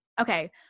Okay